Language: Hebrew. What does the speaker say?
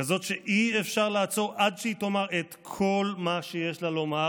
כזאת שאי-אפשר לעצור עד שהיא תאמר את כל מה שיש לה לומר,